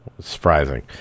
Surprising